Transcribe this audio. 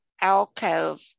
alcove